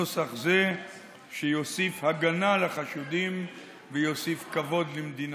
נוסח שיוסיף הגנה לחשודים ויוסיף כבוד למדינתנו.